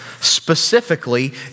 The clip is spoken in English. Specifically